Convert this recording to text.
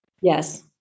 Yes